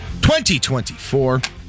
2024